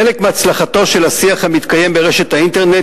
חלק מהצלחתו של השיח המתקיים ברשת האינטרנט